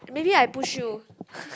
maybe I push you